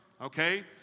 okay